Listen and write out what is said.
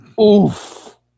Oof